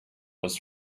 was